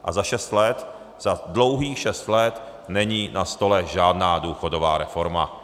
A za šest let, za dlouhých šest let, není na stole žádná důchodová reforma.